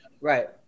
Right